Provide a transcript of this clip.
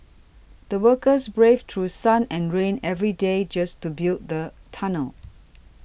the workers braved through sun and rain every day just to build the tunnel